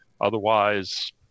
otherwise